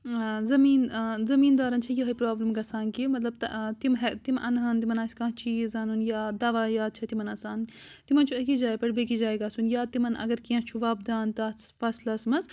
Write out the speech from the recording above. زمیٖن زَمیٖنٛدارَن چھِ یہَے پرٛابِلم گژھان کہِ مطلب تِم ہیٚکہٕ تِم اَنہٕ ہان تِمن آسہِ کانٛہہ چیٖز اَنُن یا دَوایات چِھ تِمن آسان تِمن چھُ أکِس جایہِ پٮ۪ٹھ بیٚیہِ جایہِ پٮ۪ٹھ گَژھُن یا تِمن اگر کیٚنٛہہ چھُ وۅپدان تَتھ فصلس منٛز